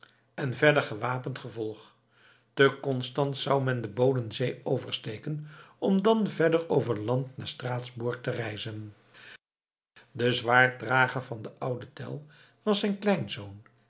en verder gewapend gevolg te konstanz zou men de bodensee oversteken om dan verder over land naar straatsburg te reizen de zwaarddrager van den ouden tell was zijn